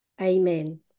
Amen